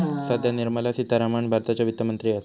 सध्या निर्मला सीतारामण भारताच्या वित्त मंत्री हत